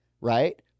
right